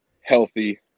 healthy